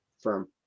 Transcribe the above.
firm